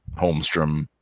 Holmstrom